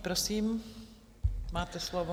Prosím, máte slovo.